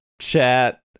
chat